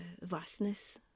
vastness